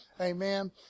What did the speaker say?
Amen